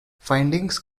findings